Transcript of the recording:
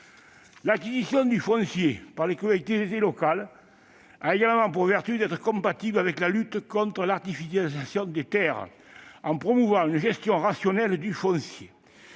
L'acquisition du foncier par les collectivités locales a également pour vertu d'être compatible avec la lutte contre l'artificialisation des terres en promouvant une gestion rationnelle du foncier.